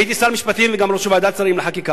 אני הייתי שר משפטים וגם ראש ועדת שרים לחקיקה.